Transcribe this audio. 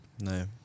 No